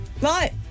Right